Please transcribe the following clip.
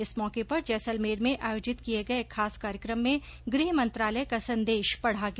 इस मौके पर जैसलमेर में आयोजित किये गये एक खास कार्यक्रम में गृह मंत्रालय का संदेश पढा गया